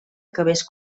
acabés